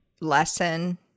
lesson